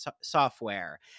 software